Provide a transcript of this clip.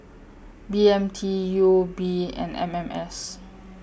B M T U O B and M M S